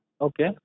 okay